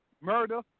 murder